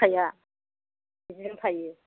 फिथाइआ बिदिनो थाइयो